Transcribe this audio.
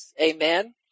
Amen